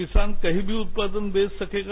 किसान कहीं मी चत्यादन बेच सकेगा